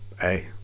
Hey